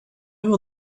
will